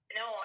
no